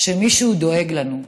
שמישהו דואג לנו,